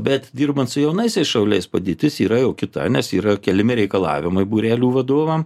bet dirbant su jaunaisiais šauliais padėtis yra jau kita nes yra keliami reikalavimai būrelių vadovam